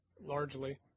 Largely